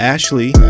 Ashley